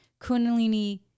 kundalini